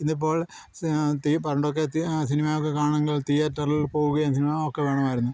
ഇതിപ്പോൾ പണ്ടൊക്കെ സിനിമയൊക്കെ കാണണമെങ്കിൽ തിയേറ്ററിൽ പോവുകയും സിനിമ ഒക്കെ വേണമായിരുന്നു